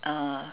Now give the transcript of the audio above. uh